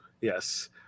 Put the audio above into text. yes